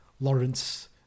Lawrence